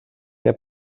què